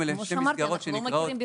ולכן אני חושבת שאנחנו צריכים תוכנית.